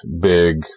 big